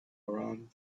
around